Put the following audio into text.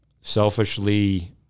selfishly